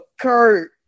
Kurt